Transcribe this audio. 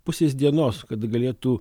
pusės dienos kada galėtų